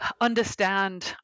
understand